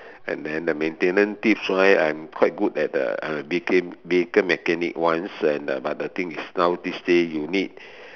and then the maintenance tips why I'm quite good at the vehi~ vehicle maintaining ones and but the thing is now this days you need